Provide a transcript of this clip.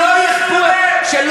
67 שנים לא עשו כלום, על מה אתה מדבר?